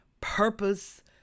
purpose